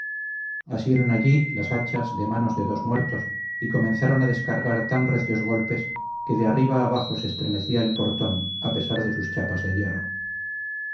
asieron allí las hachas de manos de dos muertos y comenzaron a descargar tan recios golpes que de arriba abajo se estremecía el portón a pesar de sus chapas de hierro